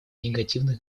негативных